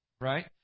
Right